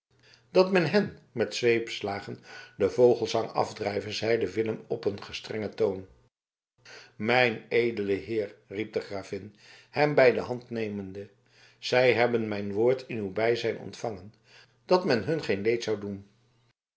dat men hen met zweepslagen den vogelesang afdrijve zeide willem op een gestrengen toon mijn edele heer riep de gravin hem bij de hand nemende zij hebben mijn woord in uw bijzijn ontvangen dat men hun geen leed zou doen